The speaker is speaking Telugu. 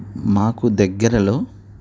మాకు దగ్గరలో